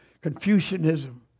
Confucianism